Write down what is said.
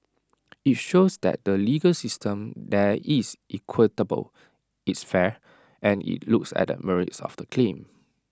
IT shows that the legal system there is equitable it's fair and IT looks at the merits of the claim